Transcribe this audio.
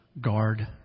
Guard